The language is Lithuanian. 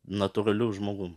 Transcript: natūraliu žmogumi